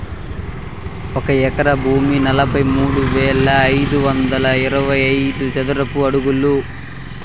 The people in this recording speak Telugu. ఒక ఎకరా భూమి నలభై మూడు వేల ఐదు వందల అరవై చదరపు అడుగులు